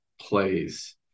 plays